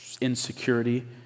insecurity